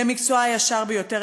היא המקצוע הישר ביותר,